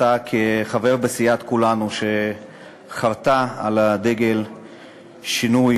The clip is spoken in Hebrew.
ואתה כחבר בסיעת כולנו שחרתה על הדגל שינוי,